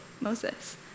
Moses